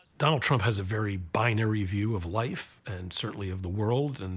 donald trump has a very binary view of life and certainly of the world. and